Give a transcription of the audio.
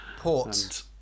Port